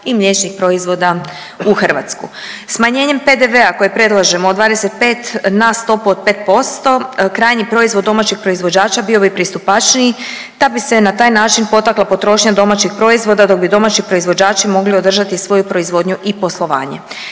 i mliječnih proizvoda u Hrvatsku. Smanjenjem PDV-a koje predlažemo od 25 na stopu od 5%, krajnji proizvod domaćih proizvođača bio bi pristupačniji, te bi se na taj način potakla potrošnja domaćih proizvoda dok bi domaći proizvođači mogli održati svoju proizvodnju i poslovanje.